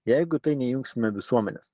jeigu į tai neįjungsime visuomenės